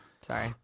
Sorry